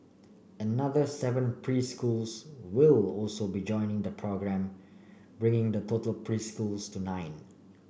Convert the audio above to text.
another seven preschools will also be joining the programme bringing the total preschools to nine